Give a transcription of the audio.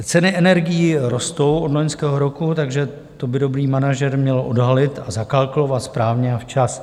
Ceny energií rostou od loňského roku, takže to by dobrý manažer měl odhalit a zakalkulovat správně a včas.